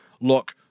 look